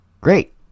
Great